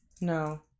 No